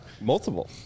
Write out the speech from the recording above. multiple